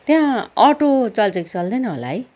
त्यहाँ अटो चल्छ कि चल्दैन होला है